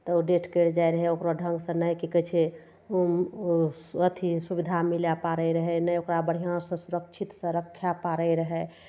तऽ ओ डेथ करि जाइ रहय ओकर ढङ्गसँ ने की कहय छै ओ ओ अथी सुविधा मिलय पाड़य रहय ने ओकरा बढ़िआँसँ सुरक्षितसँ रखय पाड़य रहय